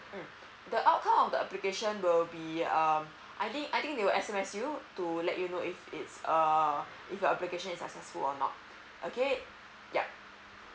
mm the outcome of the application will be um I think I think they will S_M_S you to let you know if it's err if the application is successful or not okay yup